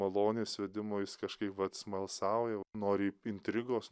malonės vedimo jis kažkaip vat smalsauja nori intrigos